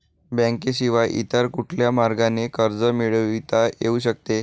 बँकेशिवाय इतर कुठल्या मार्गाने कर्ज मिळविता येऊ शकते का?